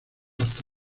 hasta